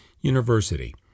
University